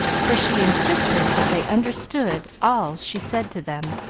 for she insisted that they understood all she said to them.